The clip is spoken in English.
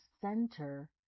center